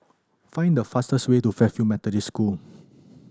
find the fastest way to Fairfield Methodist School